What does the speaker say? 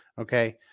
Okay